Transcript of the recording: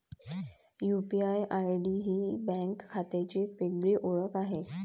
UPI ID ही bank खात्याची एक वेगळी ओळख आहे